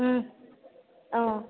অঁ